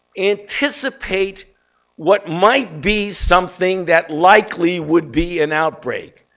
anticipate what might be something that likely would be an outbreak.